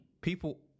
people